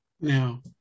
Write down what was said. now